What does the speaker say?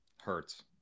Hurts